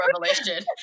revelation